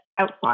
outside